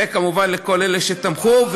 וכמובן לכל אלה שתמכו,